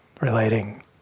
relating